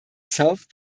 self